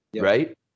right